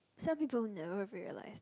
some people never realize that